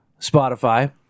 Spotify